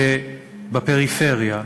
שבפריפריה,